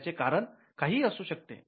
त्याचे कारण काहीही असू शकते